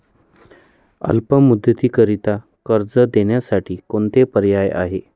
अल्प मुदतीकरीता कर्ज देण्यासाठी कोणते पर्याय आहेत?